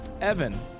evan